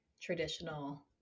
traditional